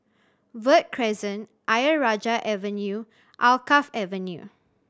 Verde Crescent Ayer Rajah Avenue Alkaff Avenue